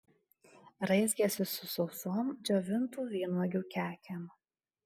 raizgėsi su sausom džiovintų vynuogių kekėm